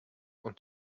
und